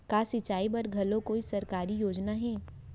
का सिंचाई बर घलो कोई सरकारी योजना हे?